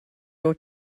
ought